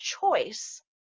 choice